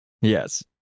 Yes